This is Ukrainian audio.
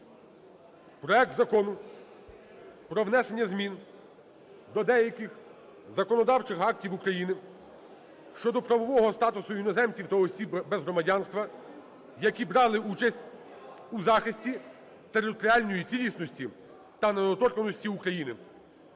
проект Закону про внесення змін до деяких законодавчих актів України (щодо правового статусу іноземців та осіб без громадянства, які брали участь у захисті територіальної цілісності та недоторканності України)